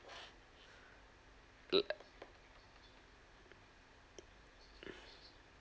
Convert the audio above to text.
like